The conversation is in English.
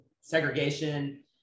segregation